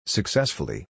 Successfully